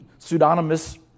Pseudonymous